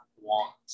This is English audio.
want